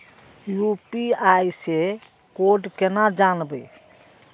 UPI से code केना जानवै?